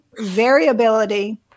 variability